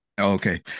okay